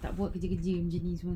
tak buat kerja-kerja macam ni semua